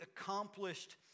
accomplished